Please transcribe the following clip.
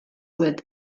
with